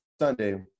Sunday